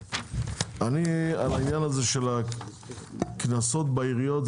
על העניין הזה של הקנסות בעיריות,